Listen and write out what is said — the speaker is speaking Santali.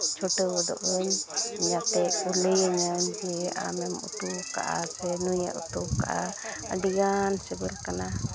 ᱪᱷᱩᱴᱟᱹᱣ ᱜᱚᱫᱚᱜᱼᱟᱹᱧ ᱡᱟᱛᱮ ᱠᱚ ᱞᱟᱹᱭᱟᱹᱧᱟᱹ ᱡᱮ ᱟᱢᱮᱢ ᱩᱛᱩᱣ ᱠᱟᱜᱼᱟ ᱥᱮ ᱱᱩᱭᱮᱭ ᱩᱛᱩᱣ ᱠᱟᱜᱼᱟ ᱟᱹᱰᱤᱜᱟᱱ ᱥᱤᱵᱤᱞ ᱠᱟᱱᱟ